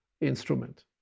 instrument